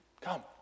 Come